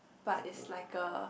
but is like a